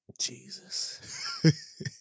Jesus